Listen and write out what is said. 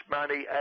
money